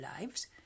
lives